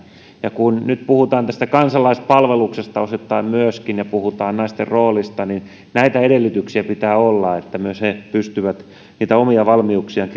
kun nyt puhutaan tästä kansalaispalveluksesta osittain myöskin ja puhutaan naisten roolista niin näitä edellytyksiä pitää olla että myös he pystyvät omia valmiuksiaan